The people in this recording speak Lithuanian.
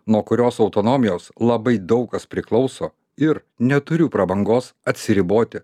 nuo kurios autonomijos labai daug kas priklauso ir neturiu prabangos atsiriboti